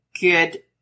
good